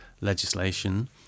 legislation